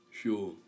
Sure